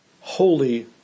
holy